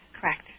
Correct